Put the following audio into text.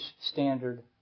Standard